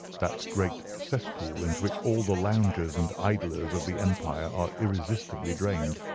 that great cesspool into which all the loungers and idlers of the empire are irresistibly drained.